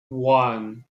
one